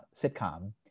sitcom